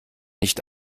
nicht